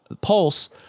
pulse